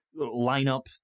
lineup